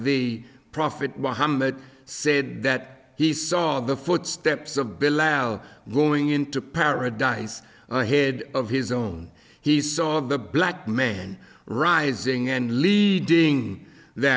the prophet mohammed said that he saw the footsteps of bill lal going into paradise ahead of his own he saw the black man rising and leading th